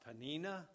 Panina